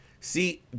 See